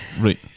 Right